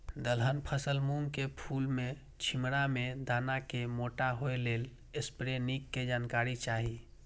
दलहन फसल मूँग के फुल में छिमरा में दाना के मोटा होय लेल स्प्रै निक के जानकारी चाही?